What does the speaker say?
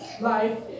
Life